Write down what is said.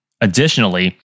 Additionally